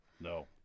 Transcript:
No